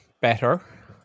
Better